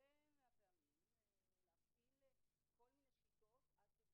הנתונים האלה הם גם --- הפרויקט הוא בשלב ראשוני,